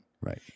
Right